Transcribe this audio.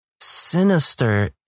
sinister